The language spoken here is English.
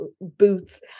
boots